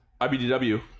IBDW